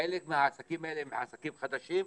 חלק מהעסקים האלה הם עסקים חדשים,